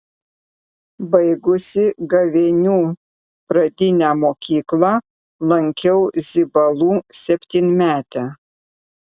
baigusi gavėnių pradinę mokyklą lankiau zibalų septynmetę